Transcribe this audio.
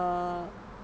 the